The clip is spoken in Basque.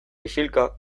isilka